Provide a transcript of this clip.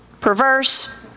perverse